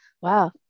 wow